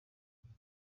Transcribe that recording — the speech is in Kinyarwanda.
igihe